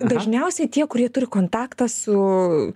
dažniausiai tie kurie turi kontaktą su